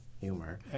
humor